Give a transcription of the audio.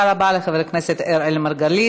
תודה רבה לחבר הכנסת אראל מרגלית.